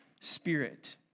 spirit